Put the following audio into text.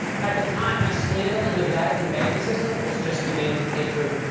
at the time, a scandal in the vatican banking system was just beginning to take root,